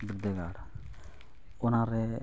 ᱵᱤᱫᱽᱫᱟᱹᱜᱟᱲ ᱚᱱᱟᱨᱮ